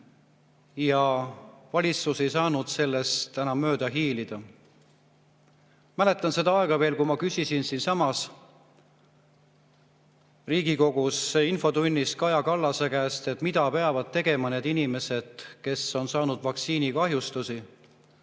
Valitsus ei saanud sellest enam mööda hiilida. Mäletan, kui ma küsisin siinsamas Riigikogu infotunnis Kaja Kallase käest, mida peavad tegema need inimesed, kes on saanud vaktsiinikahjustusi.